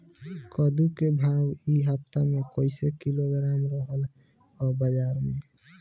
कद्दू के भाव इ हफ्ता मे कइसे किलोग्राम रहल ह बाज़ार मे?